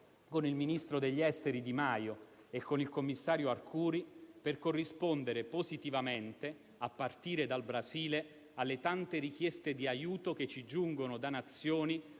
con il ministro degli esteri Di Maio e con il commissario Arcuri per corrispondere positivamente, a partire dal Brasile, alle tante richieste di aiuto che ci giungono da Nazioni